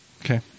okay